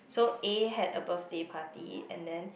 so A had a birthday party and then